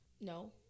no